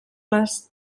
les